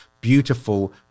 beautiful